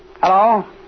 Hello